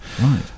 Right